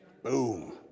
Boom